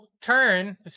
turn